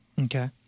Okay